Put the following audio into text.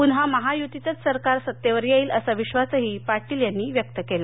पुन्हा महायुतीचंच सरकारच सत्तेवर येईलअसा विश्वासही पाटील यांनी व्यक्त केला